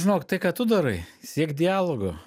žinok tai ką tu darai siekt dialogo